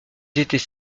étaient